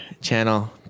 channel